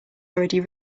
already